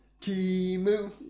Timu